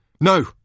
no